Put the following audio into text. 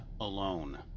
alone